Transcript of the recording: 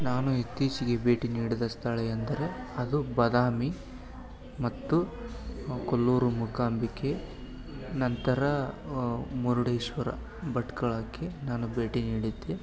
ನಾವು ಇತ್ತೀಚೆಗೆ ಭೇಟಿ ನೀಡಿದ ಸ್ಥಳ ಎಂದರೆ ಅದು ಬಾದಾಮಿ ಮತ್ತು ಹಂ ಕೊಲ್ಲೂರು ಮುಕಾಂಬಿಕೆ ನಂತರ ಮುರುಡೇಶ್ವರ ಭಟ್ಕಳಕ್ಕೆ ನಾನು ಭೇಟಿ ನೀಡಿದ್ದೆ